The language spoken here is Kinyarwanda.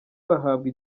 bahabwa